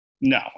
No